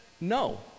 No